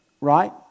right